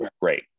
great